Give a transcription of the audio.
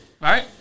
right